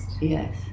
Yes